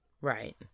Right